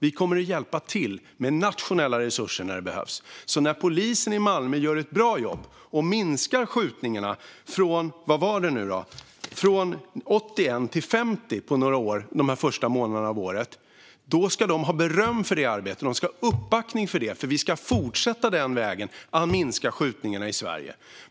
Vi kommer att hjälpa till med nationella resurser när det behövs. När polisen i Malmö har gjort ett bra jobb och på några år minskat antalet skjutningar från - vad var det nu - 81 till 50 under de första månaderna av året ska de ha beröm för det arbetet. De ska ha uppbackning för det, för vi ska fortsätta på den vägen och minska antalet skjutningar i Sverige.